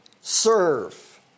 serve